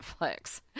Netflix